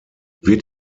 wird